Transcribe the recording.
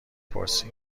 پرسی